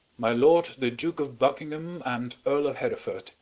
my lord the duke of buckingham, and earle of hertford,